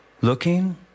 looking